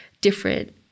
different